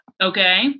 Okay